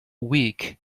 week